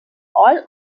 all